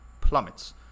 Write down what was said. plummets